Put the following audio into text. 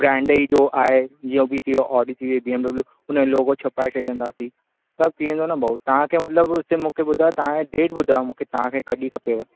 brand ई जो आहे इहो बि थी वियो ऑडी थी वई बी एम डब्लू उन जो लोगो छपवाए छॾींदासीं सभु थी वेंदो न भाउ तव्हां खे मतिलबु सिर्फ़ु मूंखे डेट ॿुधायो कॾहिं खपेव